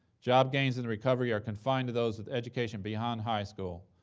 job gains in the recovery are confined to those with education beyond high school,